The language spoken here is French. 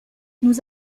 nous